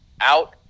out